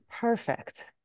Perfect